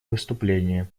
выступление